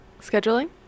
scheduling